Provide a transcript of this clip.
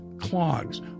clogs